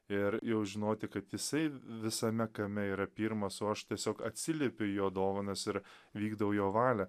ir jau žinoti kad jisai visame kame yra pirmas o aš tiesiog atsiliepiu jo dovanas ir vykdau jo valią